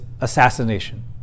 assassination